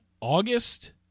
August